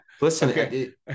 Listen